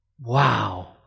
Wow